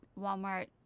Walmart